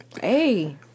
Hey